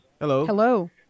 Hello